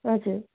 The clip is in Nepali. हजुर